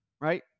right